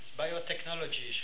biotechnology